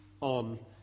on